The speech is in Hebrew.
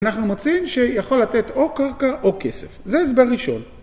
אנחנו מוצאים שיכול לתת או קרקע או כסף. זה הסבר ראשון.